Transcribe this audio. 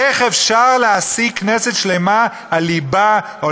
איך אפשר להעסיק כנסת שלמה על ליבה או